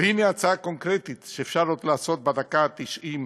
הנה הצעה קונקרטית שאפשר עוד לעשות בדקה התשעים